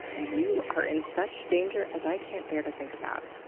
and you are in such danger as i can't bear to think about.